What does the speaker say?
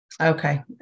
Okay